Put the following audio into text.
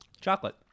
Chocolate